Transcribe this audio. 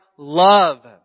Love